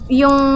yung